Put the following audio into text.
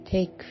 Take